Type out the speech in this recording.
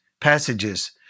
passages